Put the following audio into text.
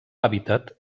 hàbitat